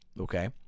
Okay